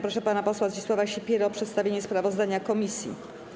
Proszę pana posła Zdzisław Sipierę o przedstawienie sprawozdania komisji.